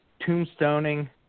tombstoning